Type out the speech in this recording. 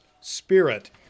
spirit